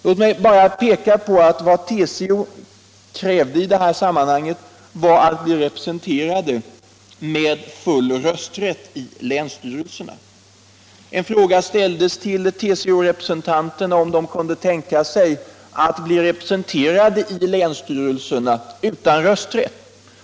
Låt mig då peka på att vad TCO i det sammanhanget krävde var att bli representerad med full rösträtt i länsstyrelserna. Det ställdes en fråga till TCO-representanterna om de kunde tänka sig att bli representerade i länsstyrelserna utan rösträtt.